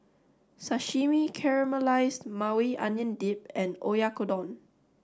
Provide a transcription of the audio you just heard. Sashimi Caramelized Maui Onion Dip and Oyakodon